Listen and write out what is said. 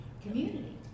Community